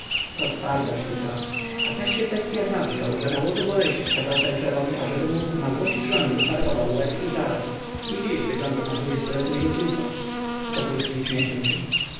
to twarda sztuka a lak się bestya zawziął że na łożu boleści kazał felczerowi ażeby mu na złość żonie ufarbował łeb i zarost i dziś wygląda na dwudziestoletniego trupa wokulski uśmiechnął się